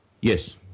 Yes